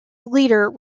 leader